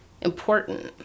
important